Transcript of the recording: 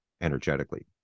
energetically